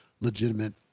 legitimate